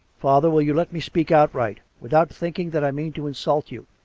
father, will you let me speak outright, without think ing that i mean to insult you?